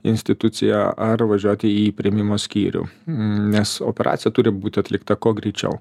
instituciją ar važiuoti į priėmimo skyrių nes operacija turi būti atlikta kuo greičiau